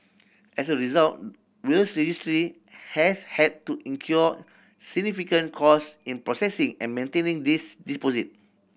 as a result Wills Registry has had to incur significant cost in processing and maintaining these deposit